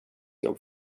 jobb